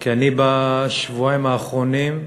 כי אני, בשבועיים האחרונים,